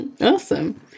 Awesome